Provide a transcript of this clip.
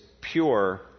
pure